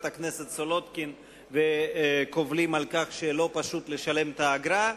הכנסת סולודקין וקובלים על כך שלא פשוט לשלם את האגרה.